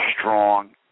strong